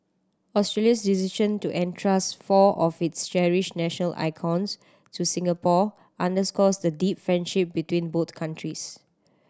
Australia's decision to entrust four of its cherished national icons to Singapore underscores the deep friendship between both countries